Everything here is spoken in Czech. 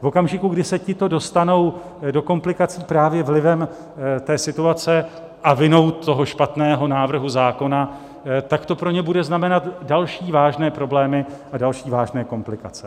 V okamžiku, kdy se tito dostanou do komplikací právě vlivem té situace a vinou toho špatného návrhu zákona, tak to pro ně bude znamenat další vážné problémy a další vážné komplikace.